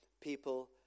people